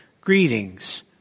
Greetings